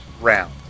round